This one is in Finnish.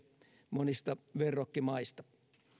monista verrokkimaista